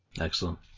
excellent